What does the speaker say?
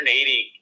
180